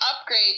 upgrade